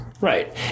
Right